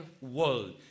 world